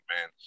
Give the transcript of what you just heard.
man